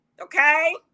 Okay